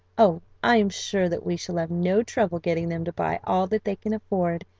oh, i am sure that we shall have no trouble getting them to buy all that they can afford,